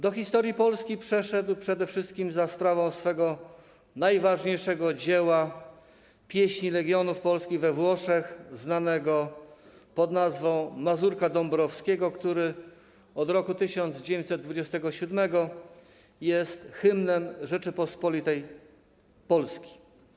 Do historii Polski przeszedł przede wszystkim za sprawą swego najważniejszego dzieła „Pieśni Legionów Polskich we Włoszech”, znanego pod nazwą „Mazurka Dąbrowskiego”, który od roku 1927 jest hymnem Rzeczypospolitej Polskiej.